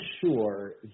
sure